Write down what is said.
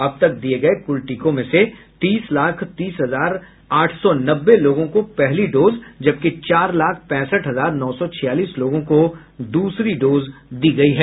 अब तक दिये गये कुल टीकों में से तीस लाख तीस हजार आठ सौ नब्बे लोगों को पहली डोज जबकि चार लाख पैंसठ हजार नौ सौ छियालीस लोगों को दूसरी डोज दी गयी है